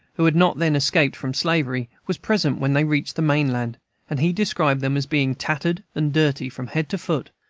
who had not then escaped from slavery, was present when they reached the main-land and he described them as being tattered and dirty from head to foot,